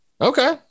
Okay